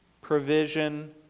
provision